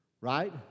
right